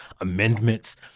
amendments